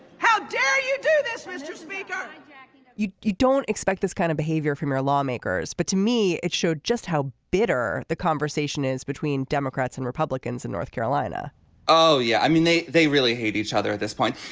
how dare you do this. mr. speaker. and yeah you you don't expect this kind of behavior from our lawmakers but to me it showed just how bitter the conversation is between democrats and republicans in north carolina oh yeah. i mean they they really hate each other at this point.